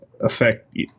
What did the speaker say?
affect